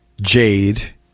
Jade